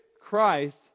Christ